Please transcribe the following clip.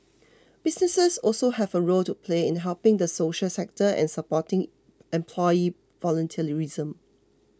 businesses also have a role to play in helping the social sector and supporting employee volunteerism